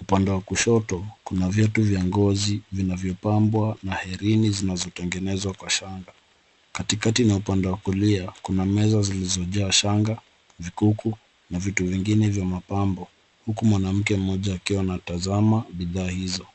Upande wa kushoto kuna viatu vya ngozi vinavyo pambwa na hereni zinazo tengenezwa kwa shanga. Katika na upande wa kulia kuna meza zilizojaa shanga vikuku na vitu vingine vya mapambo, huku mwanamke moja akiwa anatazama bidhaa hizo.